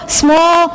small